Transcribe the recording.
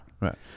right